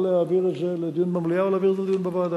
או להעביר את זה לדיון במליאה או להעביר את זה לדיון בוועדה.